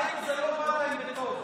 הבית הזה לא בא להם בטוב.